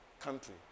country